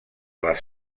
les